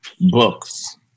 books